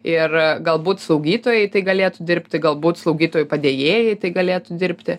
ir galbūt slaugytojai galėtų dirbti galbūt slaugytojų padėjėjai tai galėtų dirbti